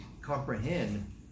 comprehend